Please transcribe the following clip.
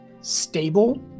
stable